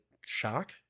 shock